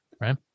Right